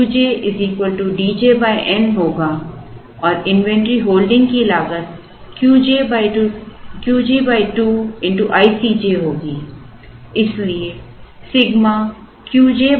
तो Q j D j n होगा और इन्वेंट्री होल्डिंग की लागत Q j 2 x i C j होगी इसलिए Σ Q j 2 x i C j